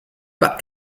pas